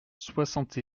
soixante